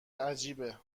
عجیبه